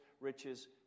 riches